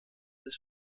des